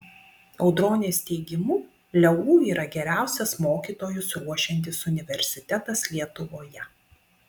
audronės teigimu leu yra geriausias mokytojus ruošiantis universitetas lietuvoje